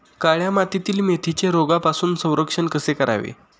काळ्या मातीतील मेथीचे रोगापासून संरक्षण कसे करावे?